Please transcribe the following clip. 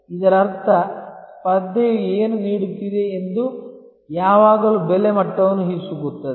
ಇದರರ್ಥ ಸ್ಪರ್ಧೆಯು ಏನು ನೀಡುತ್ತಿದೆ ಅದು ಯಾವಾಗಲೂ ಬೆಲೆ ಮಟ್ಟವನ್ನು ಹಿಸುಕುತ್ತದೆ